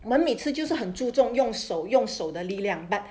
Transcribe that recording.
吗每次就是很注重用手用手的力量 but